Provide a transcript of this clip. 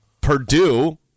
Purdue